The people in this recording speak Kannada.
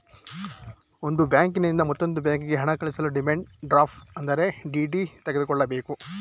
ಒಂದು ಬ್ಯಾಂಕಿನಿಂದ ಮತ್ತೊಂದು ಬ್ಯಾಂಕಿಗೆ ಹಣ ಕಳಿಸಲು ಡಿಮ್ಯಾಂಡ್ ಡ್ರಾಫ್ಟ್ ಅಂದರೆ ಡಿ.ಡಿ ತೆಗೆದುಕೊಳ್ಳಬೇಕು